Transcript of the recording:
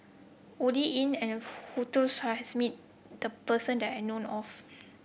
Oi Lin and Winston Choos met the person that I know of